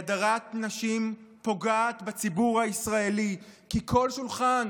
כי הדרת נשים פוגעת בציבור הישראלי, כי כל שולחן